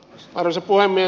arvoisa puhemies